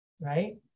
right